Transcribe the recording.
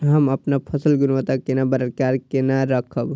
हम अपन फसल गुणवत्ता केना बरकरार केना राखब?